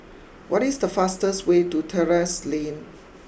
what is the fastest way to Terrasse Lane